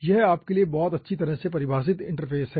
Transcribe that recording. यह आपके लिए बहुत अच्छी तरह से परिभाषित इंटरफ़ेस है